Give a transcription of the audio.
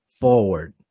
forward